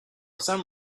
some